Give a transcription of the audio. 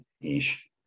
ish